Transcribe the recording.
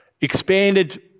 expanded